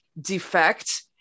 defect